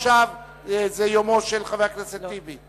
חבר הכנסת רותם, עכשיו זה זמנו של חבר הכנסת טיבי.